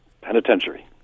penitentiary